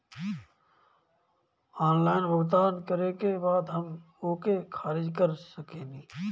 Online भुगतान करे के बाद हम ओके खारिज कर सकेनि?